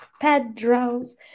pedro's